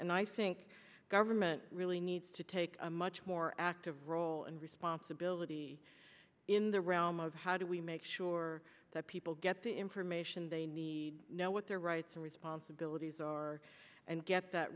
and i think government really needs to take a much more active role and responsibility in the realm of how do we make sure that people get the information they need know what their rights and responsibilities are and get that